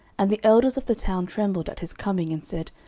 and the elders of the town trembled at his coming, and said,